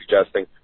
suggesting